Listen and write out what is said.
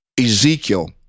Ezekiel